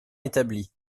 établi